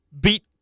beat